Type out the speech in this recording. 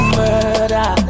murder